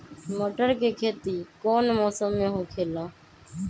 मटर के खेती कौन मौसम में होखेला?